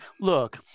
Look